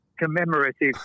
Commemorative